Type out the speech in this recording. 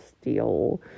steel